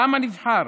בעם הנבחר,